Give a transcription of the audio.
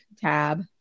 tab